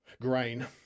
Grain